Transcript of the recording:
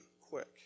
quick